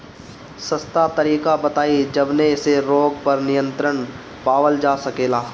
सस्ता तरीका बताई जवने से रोग पर नियंत्रण पावल जा सकेला?